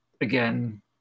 again